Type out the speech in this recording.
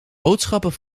boodschappen